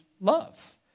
love